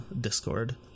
Discord